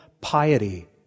Piety